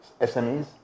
SMEs